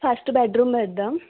first bedroom వేద్దాం